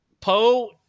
Poe